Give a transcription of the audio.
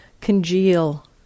congeal